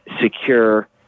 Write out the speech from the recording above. secure